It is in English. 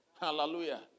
Hallelujah